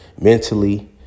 mentally